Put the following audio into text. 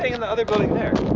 in the other building there.